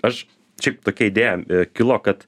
aš šiaip tokia idėja kilo kad